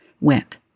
went